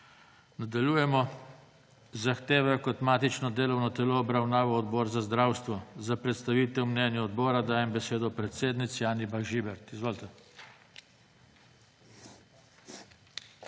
Nadaljujemo. Zahtevo je kot matično delovno telo obravnaval Odbor za zdravstvo. Za predstavitev mnenja odbora dajem besedo predsednici Anji Bah Žibert. Izvolite.